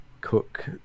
cook